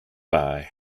bye